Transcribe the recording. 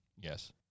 Yes